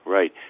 Right